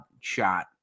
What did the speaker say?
shot